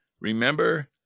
Remember